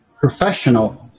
professional